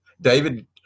David